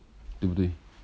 对不对